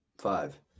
Five